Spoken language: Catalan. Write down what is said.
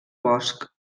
bosc